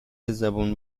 زبون